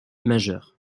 majeur